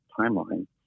timeline